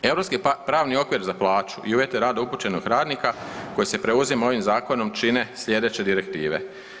Europski pravni okvir za plaću i uvjete rada upućenog radnika koji se preuzima ovim zakonom čine sljedeće direktive.